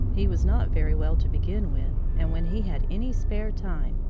he was not very well to begin with, and when he had any spare time,